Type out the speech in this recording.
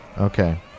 Okay